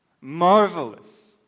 Marvelous